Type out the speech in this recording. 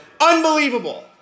unbelievable